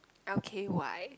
okay why